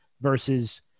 versus